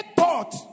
thought